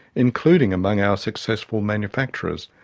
including among our successful manufacturers.